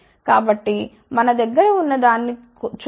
కాబట్టి మన దగ్గర ఉన్న దాన్ని చూద్దాం